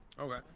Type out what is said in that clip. Okay